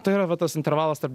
tai yra va tas intervalas tarp